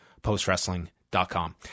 postwrestling.com